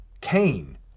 Cain